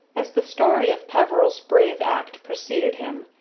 as the story of peveril's brave act preceded him,